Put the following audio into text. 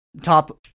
top